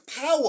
power